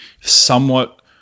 somewhat